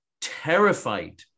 terrified